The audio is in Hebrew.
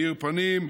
מאיר פנים,